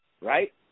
right